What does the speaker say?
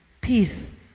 Peace